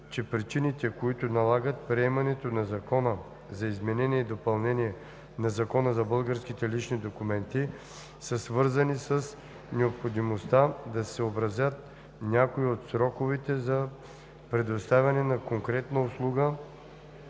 че причините, които налагат приемането на Закона за изменение и допълнение на Закона за българските лични документи, са свързани с необходимостта да се съобразят някои от сроковете за предоставяне на конкретна услуга